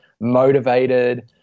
motivated